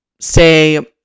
say